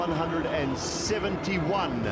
171